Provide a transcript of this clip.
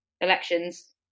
elections